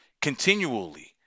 continually